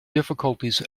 difficulties